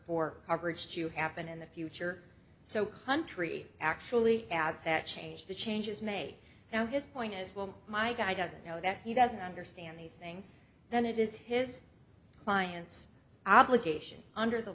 for coverage to happen in the future so country actually adds that change the changes may now his point as well my guy doesn't know that he doesn't understand these things then it is his client's obligation under the